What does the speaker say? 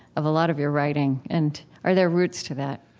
of a lot of your writing, and are there roots to that?